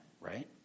Right